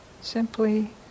simply